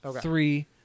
three